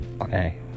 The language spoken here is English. Okay